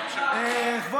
אחרי כמה שנים?